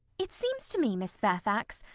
it seems to me, miss fairfax,